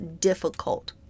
difficult